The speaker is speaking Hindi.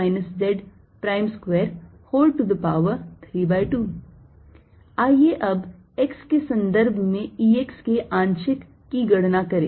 Exxyz14π0qz zx x2y y2z z232 आइए अब x के सन्दर्भ में E x के आंशिक की गणना करें